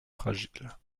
fragile